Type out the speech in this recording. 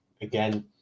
again